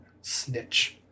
Snitch